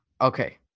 okay